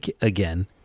again